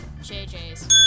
JJ's